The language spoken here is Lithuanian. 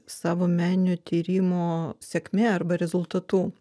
savo meninio tyrimo sėkme arba rezultatu